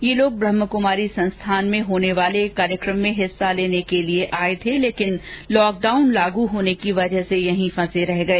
ये लोग ब्रम्हकुमारी संस्थान में होने वाले एक कार्यक्रम में हिस्सा लेने के लिए आये थे लेकिन लॉकडाउन लागू होने से यहां फंस गए